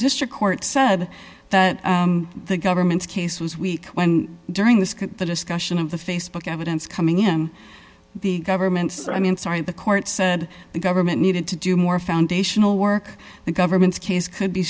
district court said that the government's case was weak when during the discussion of the face book evidence coming him the government's i mean sorry the court said the government needed to do more foundational work the government's case could be